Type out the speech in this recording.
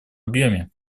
объеме